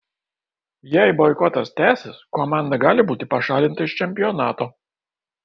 jei boikotas tęsis komanda gali būti pašalinta iš čempionato